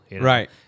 right